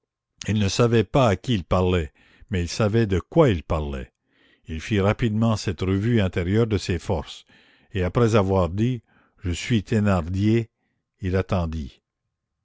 il ne savait pas à qui il parlait mais il savait de quoi il parlait il fit rapidement cette revue intérieure de ses forces et après avoir dit je suis thénardier il attendit